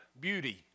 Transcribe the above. Beauty